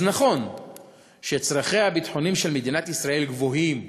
אז נכון שצרכיה הביטחוניים של מדינת ישראל גדולים,